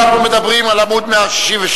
אנחנו מדברים על עמוד 166,